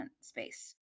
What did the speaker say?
space